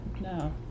no